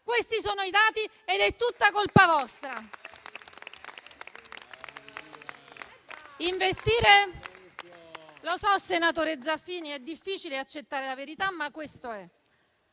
Questi sono i dati ed è tutta colpa vostra. *(Applausi. Commenti)*. Lo so, senatore Zaffini, è difficile accettare la verità, ma questo è.